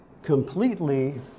Completely